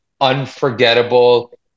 unforgettable